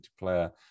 multiplayer